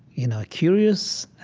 you know, curious,